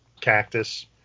cactus